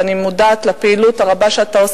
ואני מודעת לפעילות הרבה שלך,